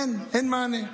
אין, אין מענה.